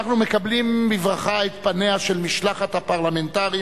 אנחנו מקבלים בברכה את פניה של משלחת הפרלמנטרים